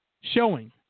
showing